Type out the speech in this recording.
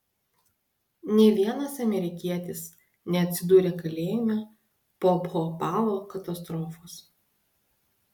nė vienas amerikietis neatsidūrė kalėjime po bhopalo katastrofos